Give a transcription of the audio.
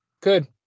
Good